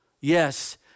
Yes